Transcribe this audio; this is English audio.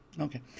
Okay